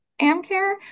Amcare